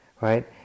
right